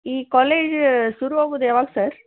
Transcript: ಈ ಕಾಲೇಜ್ ಶುರುವಾಗೋದು ಯಾವಾಗ ಸರ್